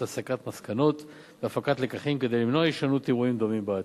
הסקת מסקנות והפקת לקחים כדי למנוע הישנות אירועים דומים בעתיד.